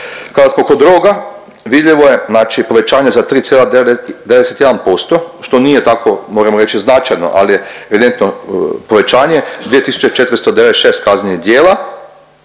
Kada smo kod droga, vidljivo je znači povećanje za 3,91% što nije tako moramo reći značajno ali je evidentno povećanje. 2.496 kaznenih djela,